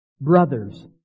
Brothers